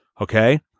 Okay